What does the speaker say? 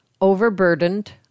overburdened